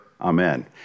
Amen